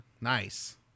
Nice